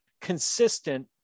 consistent